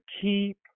keep